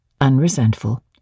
unresentful